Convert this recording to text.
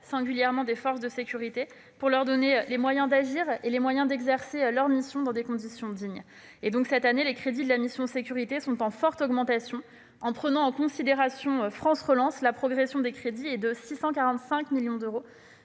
singulièrement des forces de sécurité, afin de donner à nos agents les moyens d'agir et d'exercer leur métier dans des conditions dignes. Ainsi, cette année, les crédits de la mission « Sécurités » sont en forte augmentation : en prenant en considération le plan France Relance, la progression des crédits est de 645 millions d'euros